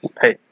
hey